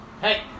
Hey